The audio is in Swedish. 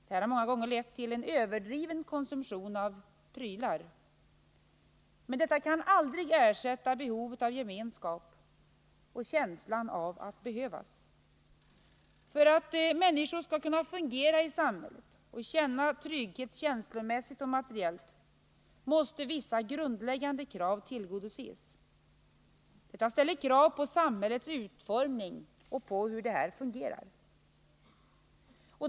Detta har många gånger lett till en överdriven konsumtion av prylar. Men det kan aldrig ersätta behovet av gemenskap och känslan av att behövas. För att människor skall kunna fungera i samhället och känna trygghet, känslomässigt och materiellt, måste vissa grundläggande behov tillgodoses. Detta ställer krav på samhällets utformning och på hur det fungerar.